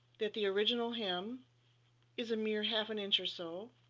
that the original hem is a mere half an inch or so,